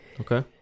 Okay